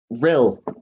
Rill